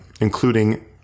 including